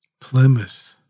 Plymouth